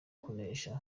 kunesha